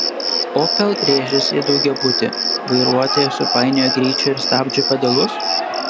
opel rėžėsi į daugiabutį vairuotoja supainiojo greičio ir stabdžio pedalus